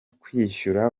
kwishyura